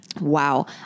wow